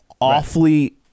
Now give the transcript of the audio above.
awfully